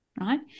right